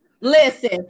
Listen